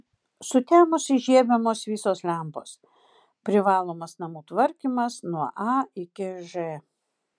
sutemus įžiebiamos visos lempos privalomas namų tvarkymas nuo a iki ž